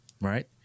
right